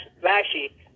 flashy